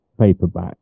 paperback